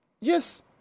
Yes